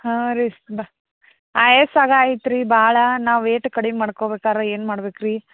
ಹಾಂ ರೀ ಬ ಆಯಾಸಗ ಐತಿ ರೀ ಭಾಳ ನಾವು ವೇಟ್ ಕಡ್ಮಿ ಮಾಡ್ಕೋಬೇಕಾರ ಏನು ಮಾಡ್ಬೇಕು ರೀ